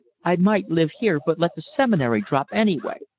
i might live here, but let the seminary drop, anyway.